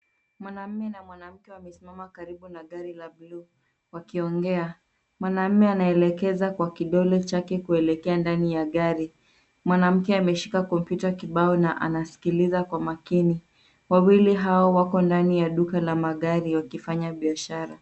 Mwanaume na mwanamke wamesimama karibu na gari la blue wakiongea. Mwanaume anaelekeza kwa kidole chake kuelekea ndani ya gari. Mwanamke ameshika kompyuta kibao na anasikiliza kwa makini. Wawili hawa wako ndani ya duka la magari wakifanya biashara.